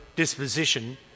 disposition